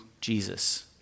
Jesus